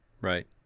Right